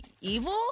Evil